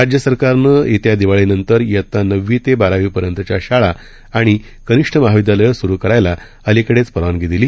राज्य सरकारनं येत्या दिवाळीनंतर इयता नववी ते बारावी पर्यंतच्या शाळा आणि कनिष्ठ महाविद्यालयं स्रु करायला अलिकडेच परवानगी दिली